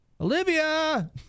Olivia